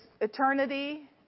eternity